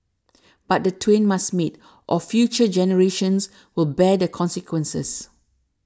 but the twain must meet or future generations will bear the consequences